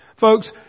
Folks